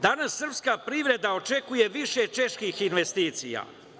Danas srpska privreda očekuje više čeških investicija.